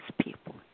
people